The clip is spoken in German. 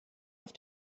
auf